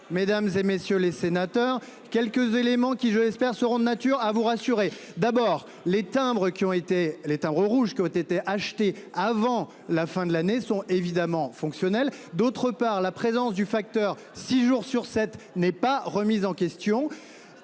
mesdames et messieurs les sénateurs, quelques éléments qui je l'espère, seront de nature à vous rassurer d'abord les timbres qui ont été les timbres rouges qui ont été achetés avant la fin de l'année sont évidemment fonctionnelle. D'autre part, la présence du facteur, six jours sur sept, n'est pas remise en question.